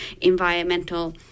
environmental